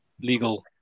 legal